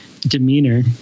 demeanor